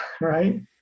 right